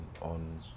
on